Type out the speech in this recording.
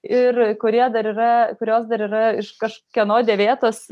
ir kurie dar yra kurios dar yra iš kažkieno dėvėtos